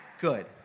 Good